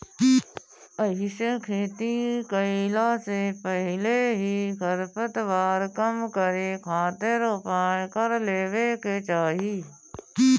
एहिसे खेती कईला से पहिले ही खरपतवार कम करे खातिर उपाय कर लेवे के चाही